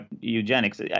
eugenics